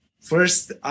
first